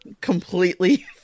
completely